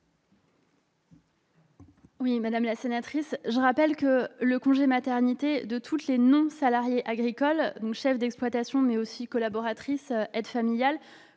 Madame la sénatrice, je rappelle que le congé de maternité de toutes les non-salariées agricoles, chefs d'exploitation, mais aussi collaboratrices ou aides familiales